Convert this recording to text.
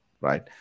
right